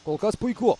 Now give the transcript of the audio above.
kol kas puiku